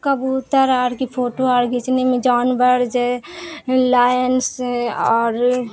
کبوتر اور کی فوٹو اور کھینچنے میں جانور لائنس اور